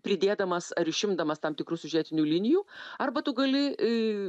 pridėdamas ar išimdamas tam tikrų siužetinių linijų arba tu gali